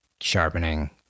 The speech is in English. sharpening